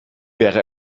wäre